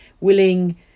willing